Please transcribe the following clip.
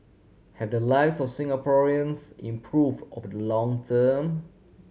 have the lives of Singaporeans improve over the long